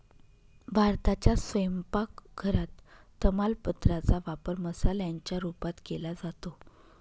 भारताच्या स्वयंपाक घरात तमालपत्रा चा वापर मसाल्याच्या रूपात केला जातो